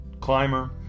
climber